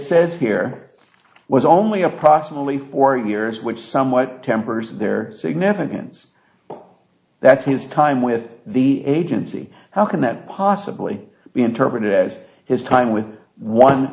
says here was only approximately four years which somewhat tempers their significance that's his time with the agency how can that possibly be interpreted as his time with one